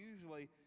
usually